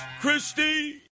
Christie